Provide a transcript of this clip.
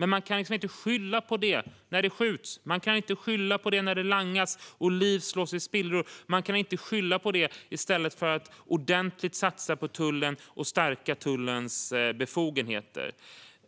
Men man kan inte skylla på det när det skjuts, när det langas och när liv slås i spillror. Man kan inte skylla på det i stället för att satsa ordentligt på tullen och stärka tullens befogenheter.